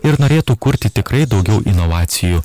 ir norėtų kurti tikrai daugiau inovacijų